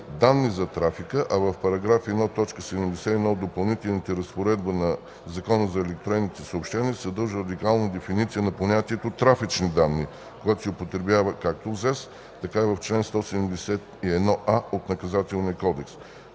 „данни за трафика”, а в § 1, т. 71 от допълнителните разпоредби на Закона за електронните съобщения се съдържа легална дефиниция на понятието „трафични данни”, което се употребява както в ЗЕС, така и в чл. 171а от Наказателния кодекс.